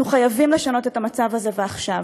אנחנו חייבים לשנות את המצב הזה, ועכשיו.